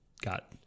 got